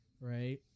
right